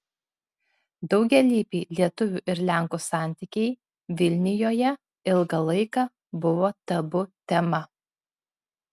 daugialypiai lietuvių ir lenkų santykiai vilnijoje ilgą laiką buvo tabu tema